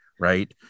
right